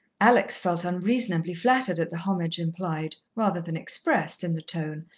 alex felt unreasonably flattered at the homage implied, rather than expressed, in the tone,